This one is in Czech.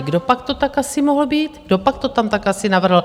Kdopak to tak asi mohl být, kdopak to tam tak asi navrhl?